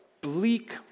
bleak